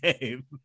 game